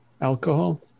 Alcohol